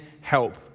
help